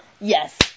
Yes